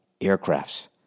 aircrafts